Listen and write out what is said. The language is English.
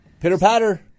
Pitter-patter